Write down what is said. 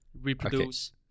reproduce